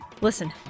Listen